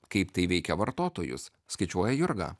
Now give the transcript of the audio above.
kaip tai veikia vartotojus skaičiuoja jurga